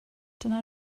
dyna